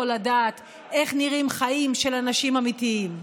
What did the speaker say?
לדעת איך נראים חיים של אנשים אמיתיים.